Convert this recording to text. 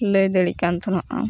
ᱞᱟᱹᱭ ᱫᱟᱲᱮᱜ ᱠᱟᱱ ᱛᱟᱦᱮᱱᱚᱜᱼᱟ